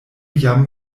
jam